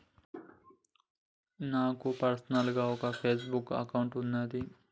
నాకు పర్సనల్ గా ఒక ఫేస్ బుక్ అకౌంట్ వున్నాది